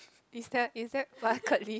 is that is that bucket list